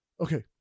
okay